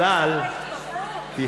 זה עוזר לכם להתמחות.